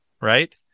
Right